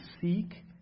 seek